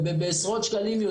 ובעשרות שקלים יותר.